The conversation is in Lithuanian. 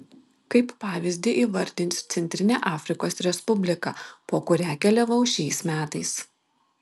kaip pavyzdį įvardinsiu centrinę afrikos respubliką po kurią keliavau šiais metais